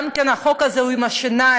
והחוק הזה הוא גם עם שיניים,